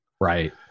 Right